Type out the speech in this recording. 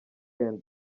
end